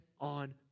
on